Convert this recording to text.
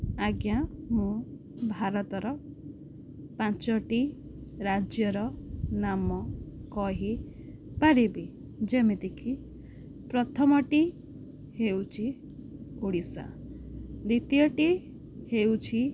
ଆଜ୍ଞା ମୁଁ ଭାରତର ପାଞ୍ଚଟି ରାଜ୍ୟର ନାମ କହିପାରିବି ଯେମିତିକି ପ୍ରଥମଟି ହେଉଛି ଓଡ଼ିଶା ଦ୍ୱିତୀୟଟି ହେଉଛି